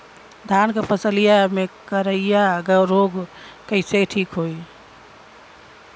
धान क फसलिया मे करईया रोग कईसे ठीक होई?